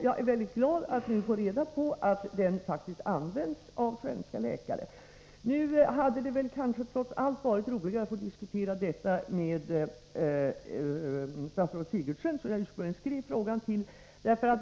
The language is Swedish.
Jag är mycket glad att nu få reda på att den faktiskt används av svenska läkare. Nu hade det väl kanske trots allt varit roligare att få diskutera detta med statsrådet Sigurdsen, som jag ställde frågan till.